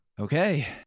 Okay